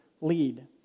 lead